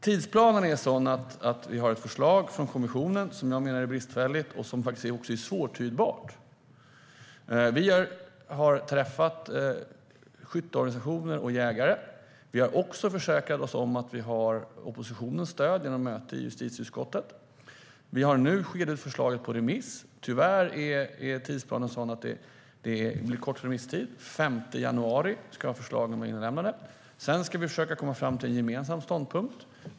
Tidsplanen är sådan att vi har ett förslag från kommissionen som jag menar är bristfälligt och som faktiskt också är svårtydbart. Vi har träffat skytteorganisationer och jägare. Vi har också genom möte i justitieutskottet försäkrat oss om att vi har oppositionens stöd. Vi har nu skickat ut förslaget på remiss. Tyvärr är tidsplanen sådan att det blir en kort remisstid. Den 5 januari ska förslagen vara inlämnade. Sedan ska vi försöka komma fram till en gemensam ståndpunkt.